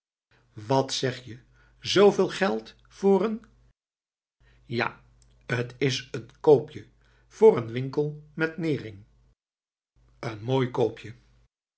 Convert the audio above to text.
wat zeg je zooveel geld voor een ja t is een koopje voor een winkel met nering een mooi koopje